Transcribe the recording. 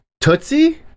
Tootsie